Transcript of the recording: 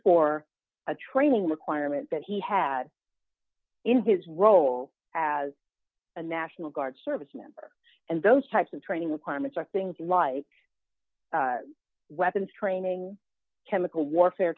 for a training requirement that he had in his role as a national guard service member and those types of training requirements are things like weapons training chemical warfare